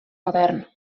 modern